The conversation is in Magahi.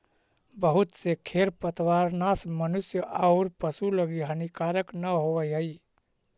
बहुत से खेर पतवारनाश मनुष्य औउर पशु लगी हानिकारक न होवऽ हई